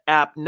app